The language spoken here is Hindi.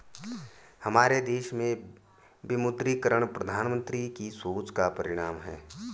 हमारे देश में विमुद्रीकरण प्रधानमन्त्री की सोच का परिणाम है